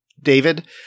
David